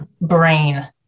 brain